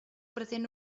pretén